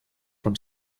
from